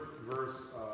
Verse